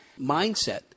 mindset